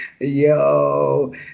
Yo